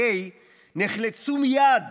נחלצו מייד